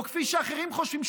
או כפי שאחרים חושבים,